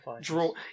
draw